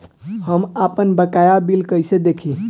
हम आपनबकाया बिल कइसे देखि?